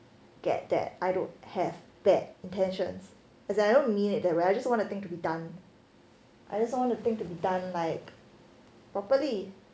get that I don't have bad intentions as I don't mean it the I just want things to be done I just want to things to be done like properly